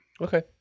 Okay